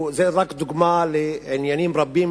זו רק דוגמה לעניינים רבים